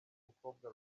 mukobwa